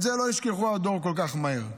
את זה הדור לא ישכח כל כך מהר.